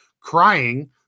crying